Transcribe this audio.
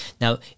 Now